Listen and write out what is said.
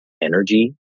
energy